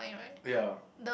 ya